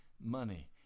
money